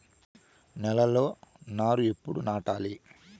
నేలలో నారు ఎప్పుడు నాటాలి?